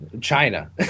China